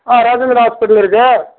ஆ Rajaguru hospital இருக்கு